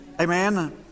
Amen